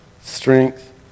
strength